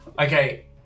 Okay